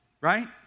right